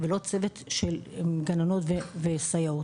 גננות וסייעות.